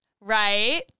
right